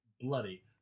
bloody